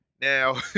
Now